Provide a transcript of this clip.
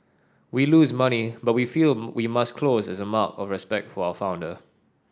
we lose money but we feel we must close as a mark of respect for our founder